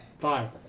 Five